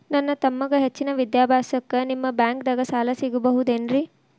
ನನ್ನ ತಮ್ಮಗ ಹೆಚ್ಚಿನ ವಿದ್ಯಾಭ್ಯಾಸಕ್ಕ ನಿಮ್ಮ ಬ್ಯಾಂಕ್ ದಾಗ ಸಾಲ ಸಿಗಬಹುದೇನ್ರಿ?